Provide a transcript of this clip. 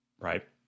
right